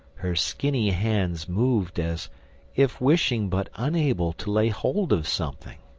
her skinny hands moved as if wishing, but unable, to lay hold of something.